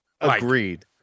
Agreed